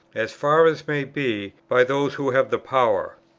as far as may be, by those who have the power.